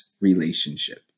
relationship